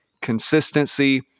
consistency